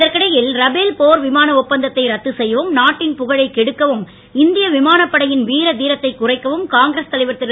இதற்கிடையில் ரபேல் போர் விமான ஒப்பந்தத்தை ரத்து செய்யவும் நாட்டின் புகழை கெடுக்கவும் இந்திய விமானப்படையின் வீர திரத்தை குறைக்கவும் காங்கிரஸ் தலைவர் திரு